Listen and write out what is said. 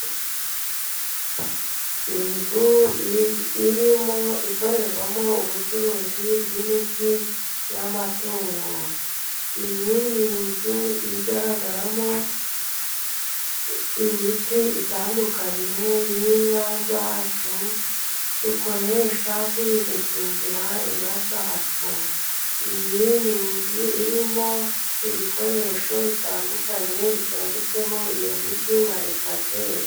Inzu irimo ikorerwamo ubucuruzi bw'imiti y'amatungo. Iyi ni inzu igaragaramo imiti itandukanye y'inka zacu dukoresha turi gukingira inka zacu. Iyi ni inzu irimo ibikoresho bitandukanye bitondetsemo iyo miti nka etajeri.